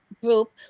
group